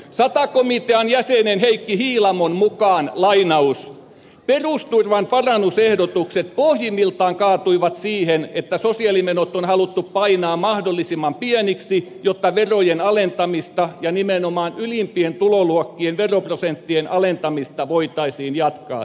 sata komitean jäsenen heikki hiilamon mukaan perusturvan parannusehdotukset pohjimmiltaan kaatuivat siihen että sosiaalimenot on haluttu painaa mahdollisimman pieniksi jotta verojen alentamista ja nimenomaan ylimpien tuloluokkien veroprosenttien alentamista voitaisiin jatkaa